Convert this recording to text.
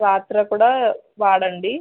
రాత్రి కూడా వాడండి